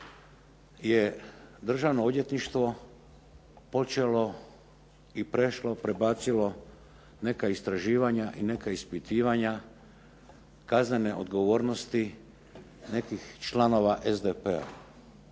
je državno odvjetništvo počelo i prešlo, prebacilo neka istraživanja i neka ispitivanja kaznene odgovornosti nekih članova SDP-a,